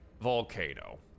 volcano